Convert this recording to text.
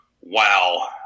Wow